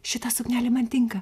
šita suknelė man tinka